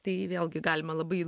tai vėlgi galima labai